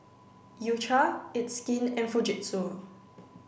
U Cha it's skin and Fujitsu